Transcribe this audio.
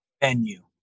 venue